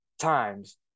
times